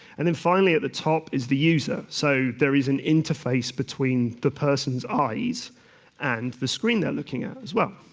and then finally at the top is the user. so there is an interface between the person's eyes and the screen they're looking at as well.